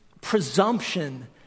presumption